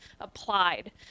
applied